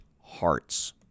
hearts